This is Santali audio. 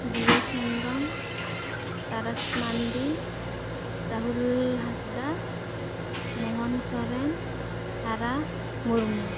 ᱵᱤᱵᱮᱥ ᱦᱮᱢᱵᱨᱚᱢ ᱛᱟᱨᱟᱥ ᱢᱟᱱᱰᱤ ᱨᱟᱦᱩᱞ ᱦᱟᱸᱥᱫᱟ ᱢᱚᱦᱚᱱ ᱥᱚᱨᱮᱱ ᱟᱨᱟ ᱢᱩᱨᱢᱩ